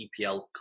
EPL